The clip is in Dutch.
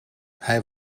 hij